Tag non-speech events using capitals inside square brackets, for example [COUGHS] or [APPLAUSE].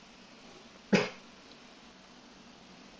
[COUGHS]